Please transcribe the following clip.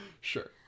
Sure